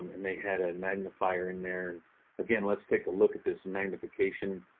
and they had a magnifier in there. and again, let's take a look at this magnification.